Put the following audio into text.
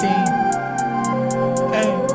Hey